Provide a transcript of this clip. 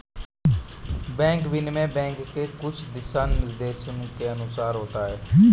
bank विनिमय bank के कुछ दिशानिर्देशों के अनुसार होता है